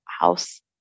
house